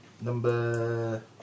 Number